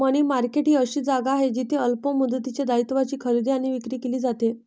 मनी market ही अशी जागा आहे जिथे अल्प मुदतीच्या दायित्वांची खरेदी आणि विक्री केली जाते